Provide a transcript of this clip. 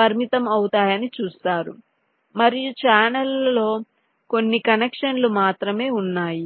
పరిమితం అవుతాయని చూస్తారు మరియు ఛానెల్లలో కొన్ని కనెక్షన్లు మాత్రమే ఉన్నాయి